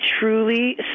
truly